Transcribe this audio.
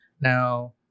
now